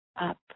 up